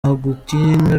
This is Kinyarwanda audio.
agukinga